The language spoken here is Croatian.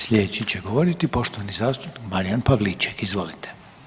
Sljedeći će govoriti poštovani zastupnik Marijan Pavliček, izvolite.